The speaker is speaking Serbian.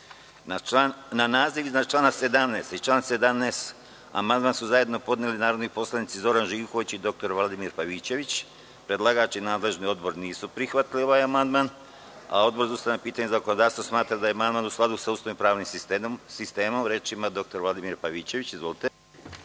naziv iznad člana 17. i član 17. amandman su zajedno podneli narodni poslanici Zoran Živković i dr Vladimir Pavićević. Predlagač i nadležni odbor nisu prihvatili ovaj amandman, a Odbor za ustavna pitanja i zakonodavstvo smatra da je amandman u skladu sa Ustavom i pravnim sistemom. Reč ima narodni poslanik